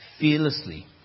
fearlessly